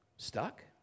Stuck